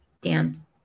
dance